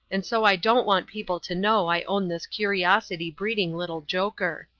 and so i don't want people to know i own this curiosity-breeding little joker.